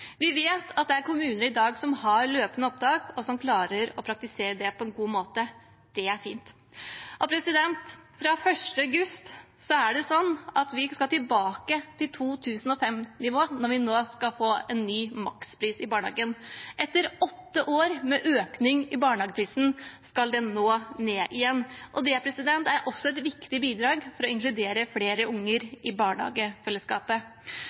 Vi vet at det er kommuner som har løpende opptak i dag, og som klarer å praktisere det på en god måte. Det er fint. Fra 1. august skal vi tilbake til 2005-nivå når vi nå skal få en ny makspris i barnehagen. Etter åtte år med økning i barnehageprisen skal den nå ned igjen, og det er også et viktig bidrag for å inkludere flere